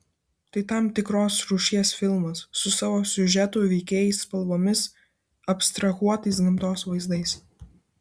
tai tam tikros rūšies filmas su savo siužetu veikėjais spalvomis abstrahuotais gamtos vaizdais